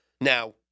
Now